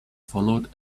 followed